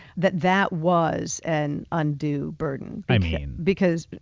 that that was an undue burden. i mean. because.